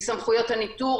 מסמכויות הניטור,